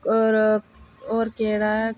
होर होर केह्ड़ा ऐ